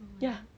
ya